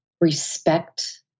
respect